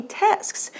tasks